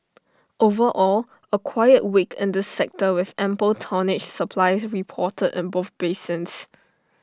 overall A quiet week in this sector with ample tonnage supply reported in both basins